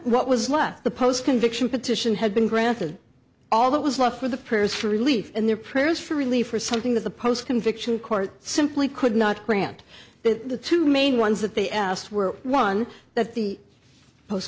what was left the post conviction petition had been granted all that was left for the prayers for relief in their prayers for relief or something that the post conviction court simply could not grant the two main ones that they asked were one that the post